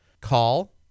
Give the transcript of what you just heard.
call